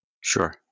Sure